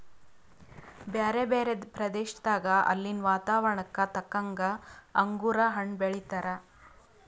ಬ್ಯಾರೆ ಬ್ಯಾರೆ ಪ್ರದೇಶದಾಗ ಅಲ್ಲಿನ್ ವಾತಾವರಣಕ್ಕ ತಕ್ಕಂಗ್ ಅಂಗುರ್ ಹಣ್ಣ್ ಬೆಳೀತಾರ್